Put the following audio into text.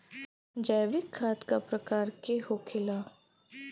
जैविक खाद का प्रकार के होखे ला?